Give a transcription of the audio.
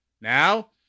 Now